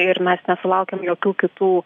ir mes nesulaukėm jokių kitų